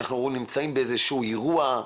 אנחנו נמצאים באיזשהו אירוע,